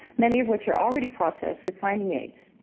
many of which are already processed with finding aids,